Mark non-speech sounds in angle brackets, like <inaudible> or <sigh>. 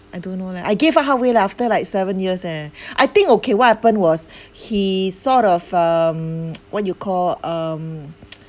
I don't know leh I gave up halfway leh after like seven years leh I think okay what happened was he sort of um <noise> what you call um <noise>